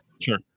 Sure